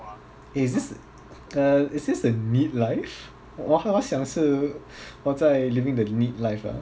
is this uh is this the NEET life 我好像是我在 living the NEET life liao